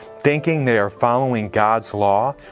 thinking they are following god's law,